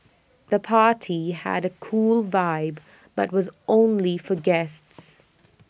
the party had A cool vibe but was only for guests